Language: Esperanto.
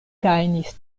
gajnis